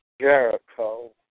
Jericho